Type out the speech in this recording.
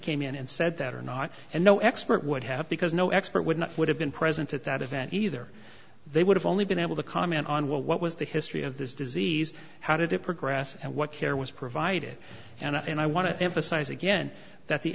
came in and said that or not and no expert would have because no expert would not would have been present at that event either they would have only been able to comment on well what was the history of this disease how did it progress and what care was provided and i want to emphasize again that the